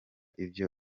ivyo